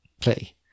play